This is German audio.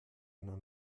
einer